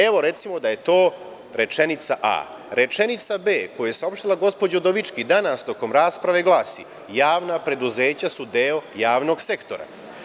Evo, recimo da je to rečenica A. Rečenica B koja je saopštila gospođa Udovički danas tokom rasprave glasi – javna preduzeća su deo javnog sektora.